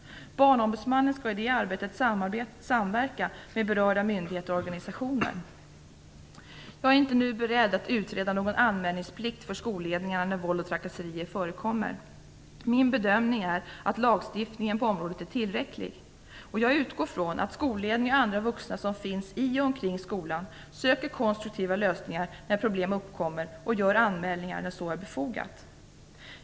Barnombudsmannen skall i det arbetet samverka med berörda myndigheter och organisationer. Jag är inte nu beredd att utreda någon anmälningsplikt för skolledningarna när våld och trakasserier förekommer. Min bedömning är att lagstiftningen är tillräcklig på området. Jag utgår ifrån att skolledningar och andra vuxna som finns i och omkring skolan söker konstruktiva lösningar när problem uppkommer och gör anmälningar när så är befogat.